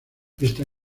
esta